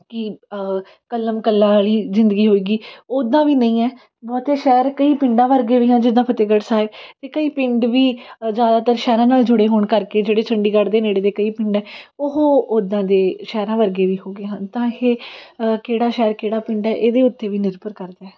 ਕਿ ਕਲਮ ਕੱਲਾ ਵਾਲੀ ਜ਼ਿੰਦਗੀ ਹੋ ਗਈ ਉੱਦਾਂ ਵੀ ਨਹੀਂ ਹੈ ਬਹੁਤੇ ਸ਼ਹਿਰ ਕਈ ਪਿੰਡਾਂ ਵਰਗੇ ਵੀ ਹਨ ਜਿੱਦਾਂ ਫਤਿਹਗੜ੍ਹ ਸਾਹਿਬ ਅਤੇ ਕਈ ਪਿੰਡ ਵੀ ਜ਼ਿਆਦਾਤਰ ਸ਼ਹਿਰਾਂ ਨਾਲ਼ ਜੁੜੇ ਹੋਣ ਕਰਕੇ ਜਿਹੜੇ ਚੰਡੀਗੜ੍ਹ ਦੇ ਨੇੜੇ ਦੇ ਕਈ ਪਿੰਡ ਉਹ ਉੱਦਾਂ ਦੇ ਸ਼ਹਿਰਾਂ ਵਰਗੇ ਵੀ ਹੋ ਗਏ ਹਨ ਤਾਂ ਇਹ ਕਿਹੜਾ ਸ਼ਹਿਰ ਕਿਹੜਾ ਪਿੰਡ ਹੈ ਇਹਦੇ ਉੱਤੇ ਵੀ ਨਿਰਭਰ ਕਰਦਾ ਹੈ